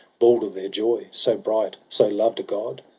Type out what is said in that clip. balder their joy, so bright, so loved a god.